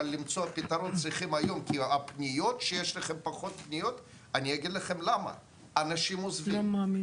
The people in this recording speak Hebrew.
אבל אנחנו צריכים למצוא פתרון היום ואני אסביר לכם למה המצב הנוכחי